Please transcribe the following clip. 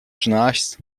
schnarchst